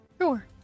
Sure